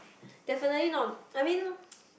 definitely not I mean